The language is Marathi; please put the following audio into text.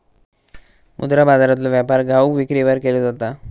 मुद्रा बाजारातलो व्यापार घाऊक विक्रीवर केलो जाता